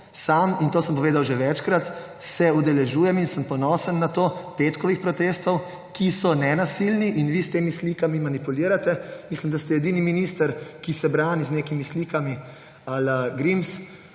Sam, in to sem povedal že večkrat, se udeležujem − in sem ponosim na to − petkovih protestov, ki so nenasilni in vi s temi slikami manipulirate. Mislim, da ste edini minister, ki se brani z nekimi slikami ala Grims,